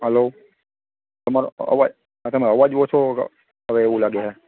hello તમારો અવાજ તમારો અવાજ ઓછો આવે એવું લાગે છે